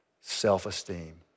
self-esteem